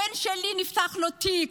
הבן שלי נפתח לו תיק,